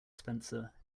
spencer